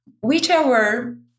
Whichever